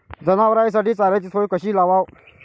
जनावराइसाठी चाऱ्याची सोय कशी लावाव?